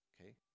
Okay